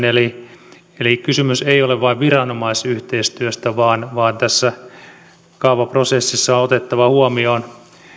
eli eli kysymys ei ole vain viranomaisyhteistyöstä vaan vaan tässä kaavaprosessissa on otettava huomioon